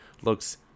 looks